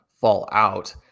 fallout